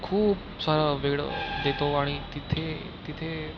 खूप सारा वेळ देतो आणि तिथे तिथे